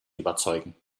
überzeugen